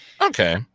Okay